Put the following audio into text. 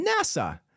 NASA